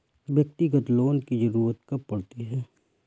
व्यक्तिगत लोन की ज़रूरत कब पड़ती है?